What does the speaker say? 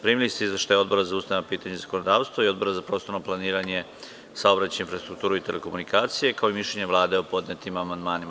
Primili ste izveštaje Odbora za ustavna pitanja i zakonodavstvo i Odbora za prostorno planiranje, saobraćaj, infrastrukturu i telekomunikacije, kao i mišljenje Vlade o podnetim amandmanima.